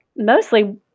Mostly